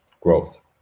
growth